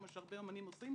כמו שהרבה אומנים עושים,